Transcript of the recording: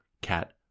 cat